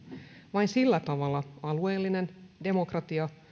vain sillä tavalla alueellinen demokratia